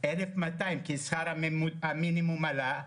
1,200 כי שכר המינימום עלה.